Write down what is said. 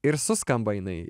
ir suskamba jinai